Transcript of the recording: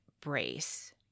Brace